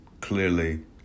clearly